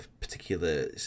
particular